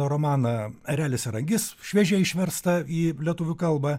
romaną erelis ir angis šviežiai išverstą į lietuvių kalbą